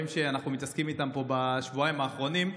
שאנחנו מתעסקים איתם פה בשבועיים האחרונים,